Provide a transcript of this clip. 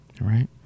right